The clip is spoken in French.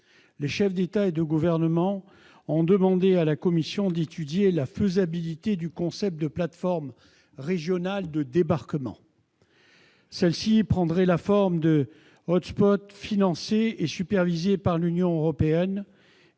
les chefs d'État et de gouvernement ont demandé à la Commission européenne d'étudier la faisabilité de plateformes régionales de débarquement. Celles-ci prendraient la forme de financés et supervisés par l'Union européenne,